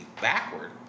backward